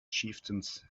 chieftains